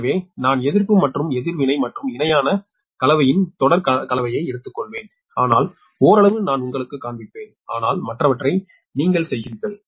எனவே நான் எதிர்ப்பு மற்றும் எதிர்வினை மற்றும் இணையான கலவையின் தொடர் கலவையை எடுத்துக்கொள்வேன் ஆனால் ஓரளவு நான் உங்களுக்குக் காண்பிப்பேன் ஆனால் மற்றவற்றை நீங்கள் செய்கிறீர்கள்